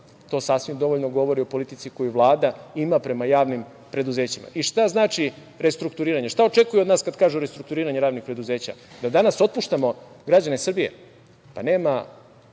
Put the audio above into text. to sasvim dovoljno govori o politici koju Vlada ima prema javnim preduzećima. I šta znači restrukturiranje? Šta očekuju od nas kad kažu restrukturiranje javnih preduzeća? Da danas otpuštamo građane Srbije? Pa, nema